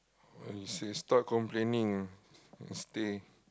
uh you should stop start complaining and stay